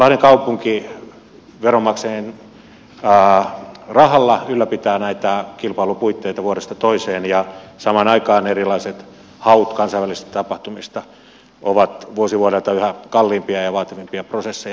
lahden kaupunki veronmaksajien rahalla ylläpitää näitä kilpailupuitteita vuodesta toiseen ja samaan aikaan erilaiset haut kansainvälisistä tapahtumista ovat vuosi vuodelta yhä kalliimpia ja vaativampia prosesseja